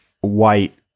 white